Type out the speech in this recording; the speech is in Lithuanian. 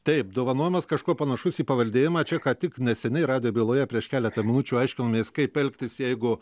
taip dovanojamas kažkuo panašus į paveldėjimą čeką tik neseniai radijo byloje prieš keletą minučių aiškinomės kaip elgtis jeigu